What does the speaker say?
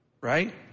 right